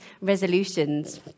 resolutions